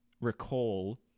recall